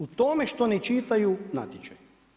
U tome što ne čitaju natječaj.